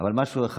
משהו אחד,